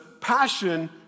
passion